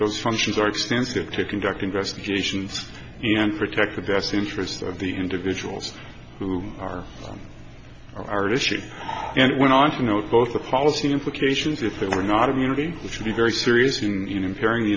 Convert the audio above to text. those functions are expensive to conduct investigations and protect the best interests of the individuals who are on our tissue and went on to note both the policy implications if it were not immunity which would be very serious in paring the